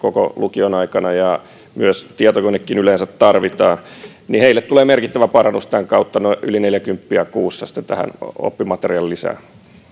koko lukion aikana ja myös tietokonekin yleensä tarvitaan heille tulee merkittävä parannus tämän kautta yli neljäkymppiä kuussa oppimateriaalilisää